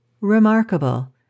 remarkable